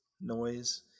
noise